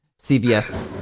CVS